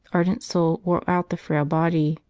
ardent soul wore out the frail body.